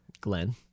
Glenn